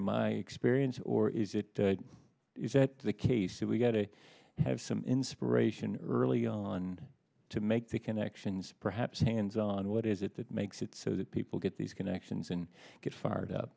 my experience or is it is that the case that we got to have some inspiration early on to make the connections perhaps hands on what is it that makes it so that people get these connections and get fired up